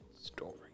story